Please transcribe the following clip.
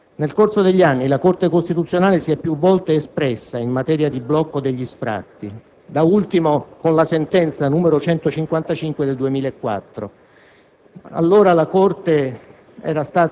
per finalità sociali. Nel corso degli anni la Corte costituzionale si è più volte espressa in materia di blocco degli sfratti, da ultimo con la sentenza n. 155 del 2004.